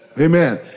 Amen